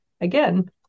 again